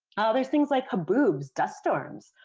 oh, there's things like haboob dust storms.